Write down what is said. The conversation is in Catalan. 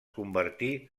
convertí